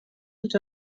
els